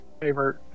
favorite